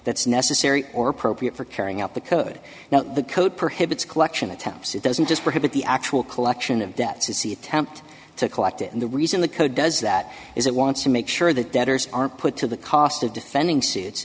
that's necessary or appropriate for carrying out the code now the code prohibits collection attempts it doesn't just prohibit the actual collection of debts you see attempt to collect it and the reason the code does that is it wants to make sure that debtors are put to the cost of defending suits